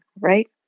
right